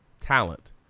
talent